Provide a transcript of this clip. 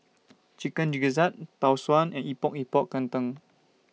Chicken Gizzard Tau Suan and Epok Epok Kentang